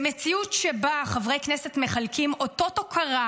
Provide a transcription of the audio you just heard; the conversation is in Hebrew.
במציאות שבה חברי כנסת מחלקים אותות הוקרה